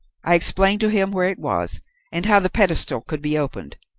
i explained to him where it was and how the pedestal could be opened,